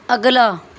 ਅਗਲਾ